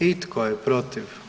I tko je protiv?